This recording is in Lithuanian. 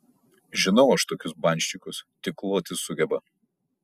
žinau aš tokius banščikus tik loti sugeba